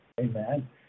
Amen